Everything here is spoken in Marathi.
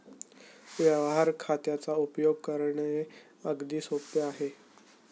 व्यवहार खात्याचा उपयोग करणे अगदी सोपे आहे